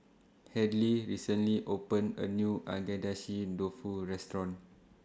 Hadley recently opened A New Agedashi Dofu Restaurant